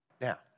Now